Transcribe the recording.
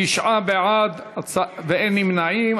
תשעה בעד ואין נמנעים.